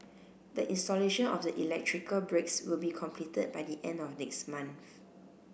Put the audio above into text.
the installation of the electrical breaks will be completed by the end of next month